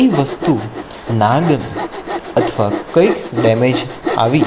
એ વસ્તુ ના ગમે અથવા કંઈક ડેમેજ આવી